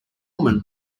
woman